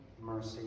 mercy